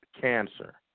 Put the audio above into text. cancer